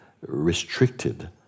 restricted